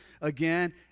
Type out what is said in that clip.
again